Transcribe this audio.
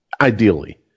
ideally